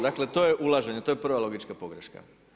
Dakle, to je ulaženje, to je prva logička pogreška.